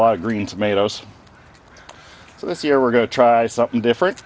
lot of green tomatoes so this year we're going to try something different